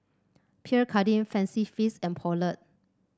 Pierre Cardin Fancy Feast and Poulet